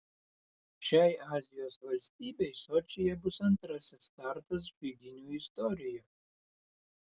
šiai azijos valstybei sočyje bus antrasis startas žaidynių istorijoje